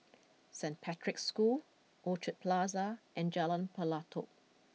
Saint Patrick's School Orchard Plaza and Jalan Pelatok